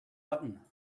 button